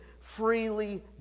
freely